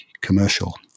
commercial